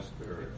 spirit